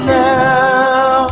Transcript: now